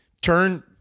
turn